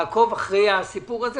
לעקוב אחרי הסיפור הזה.